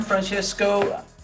Francesco